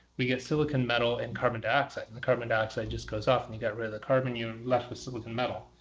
we get silicon metal and carbon dioxide. and the carbon dioxide just goes off and you got rid of the carbon and you're left with silicon metal.